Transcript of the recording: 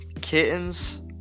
Kittens